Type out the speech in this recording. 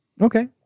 Okay